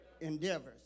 endeavors